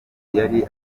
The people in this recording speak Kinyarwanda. yari